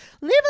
leave